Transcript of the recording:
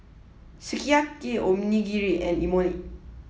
Sukiyaki Onigiri and Imoni